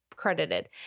credited